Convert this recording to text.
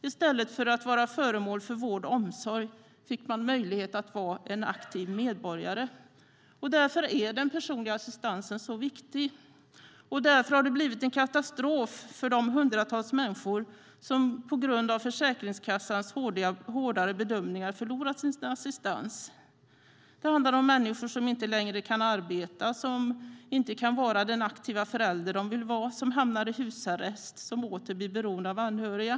I stället för att vara föremål för vård och omsorg fick man möjlighet att vara en aktiv medborgare. Därför är den personliga assistansen så viktig, och därför har det blivit en katastrof för de hundratals människor som på grund av Försäkringskassans hårdare bedömningar förlorat sin assistans. Det handlar om människor som inte längre kan arbeta, som inte längre kan vara den aktiva förälder de vill vara, som hamnar i husarrest och som åter blir beroende av anhöriga.